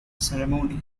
ceremony